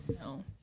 No